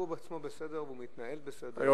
הוא בעצמו בסדר והוא מתנהל בסדר,